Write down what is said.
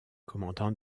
commandant